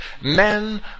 men